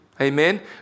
Amen